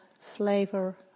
flavor